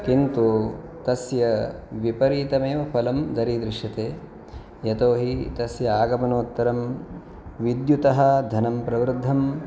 किन्तु तस्य विपरीतम् एव फलं दरीदृश्यते यतोहि तस्य आगमनोत्तरं विद्युतः धनं प्रवृद्धम्